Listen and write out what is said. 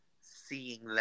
seeing